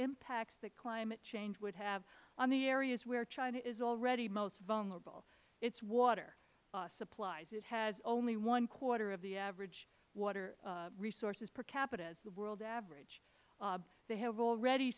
impacts that climate change would have on the areas where china is already most vulnerable its water supplies it has only one quarter of the average water resources per capita as the world average they have already